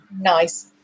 nice